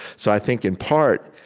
so i think, in part,